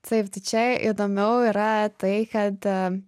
taip tai čia įdomiau yra tai kad